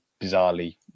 bizarrely